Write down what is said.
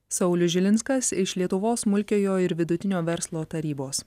saulius žilinskas iš lietuvos smulkiojo ir vidutinio verslo tarybos